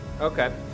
Okay